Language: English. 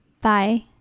bye